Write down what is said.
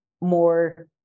more